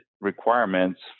requirements